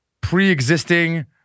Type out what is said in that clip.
pre-existing